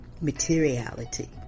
materiality